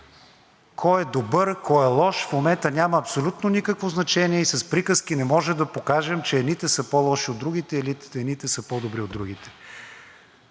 Кой е добър, кой е лош, в момента няма абсолютно никакво значение и с приказки не може да покажем, че едните са по-лоши от другите, или едните са по-добри от другите.